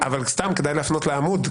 אבל כדאי להפנות לעמוד,